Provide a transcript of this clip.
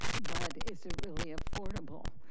but is it really affordable?